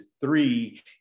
three